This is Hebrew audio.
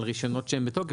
על רישיונות שהם בתוקף,